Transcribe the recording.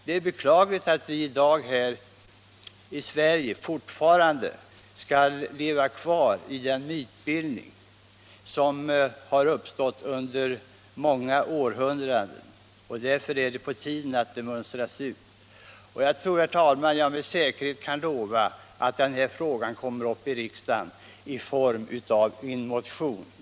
Det är beklagligt att vi i Sverige fortfarande skall leva kvar i en mytbildning som har uppstått under många århundraden. Det är på tiden att detta ord mönstras ut. Jag tror, herr talman, att jag med säkerhet kan lova att denna fråga kommer upp i riksdagen i form av en motion.